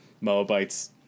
Moabites